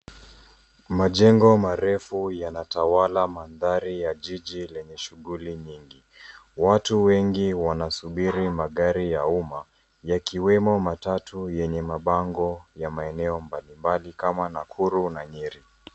Majengo marefu yanatawala mandhari ya jiji lenye shughuli nyingi. Watu wengi wanasubiri magari ya umma yakiwemo matatu yenye mabango ya maeneo mbalimbali kama Nakuru na Nyeri.